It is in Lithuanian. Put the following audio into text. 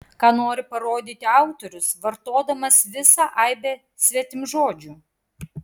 ką nori parodyti autorius vartodamas visą aibę svetimžodžių